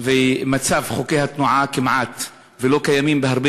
וממצב חוקי התנועה שכמעט לא קיימים בהרבה